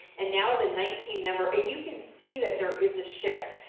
and now the nineteen number, and you can see that there is a shift.